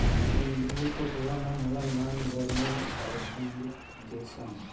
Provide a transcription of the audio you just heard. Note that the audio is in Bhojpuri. एन.जी.ओ क पूरा नाम होला नान गवर्नमेंट और्गेनाइजेशन